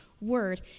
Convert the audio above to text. Word